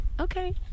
okay